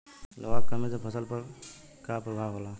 लोहा के कमी से फसल पर का प्रभाव होला?